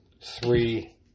three